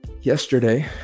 yesterday